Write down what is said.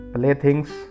Playthings